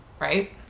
Right